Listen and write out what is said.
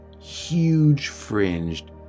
huge-fringed